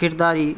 کرداری